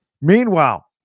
Meanwhile